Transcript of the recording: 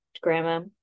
grandma